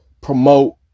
promote